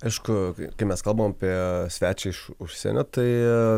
aišku kai mes kalbam apie svečią iš užsienio tai